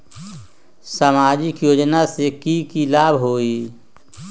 सामाजिक योजना से की की लाभ होई?